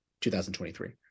2023